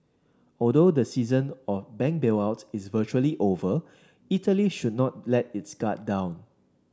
although the season of bank bailout is virtually over Italy should not let its guard down